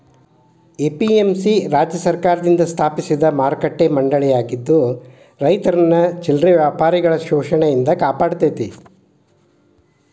APMC ರಾಜ್ಯ ಸರ್ಕಾರದಿಂದ ಸ್ಥಾಪಿಸಿದ ಮಾರುಕಟ್ಟೆ ಮಂಡಳಿಯಾಗಿದ್ದು ರೈತರನ್ನ ಚಿಲ್ಲರೆ ವ್ಯಾಪಾರಿಗಳ ಶೋಷಣೆಯಿಂದ ಕಾಪಾಡತೇತಿ